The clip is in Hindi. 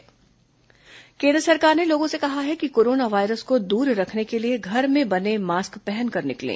कोरोना मास्क केन्द्र सरकार ने लोगों से कहा है कि कोरोना वायरस को दूर रखने के लिए घर में बने मास्क पहनकर निकलें